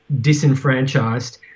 disenfranchised